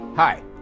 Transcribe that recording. Hi